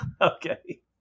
Okay